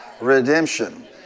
redemption